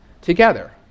together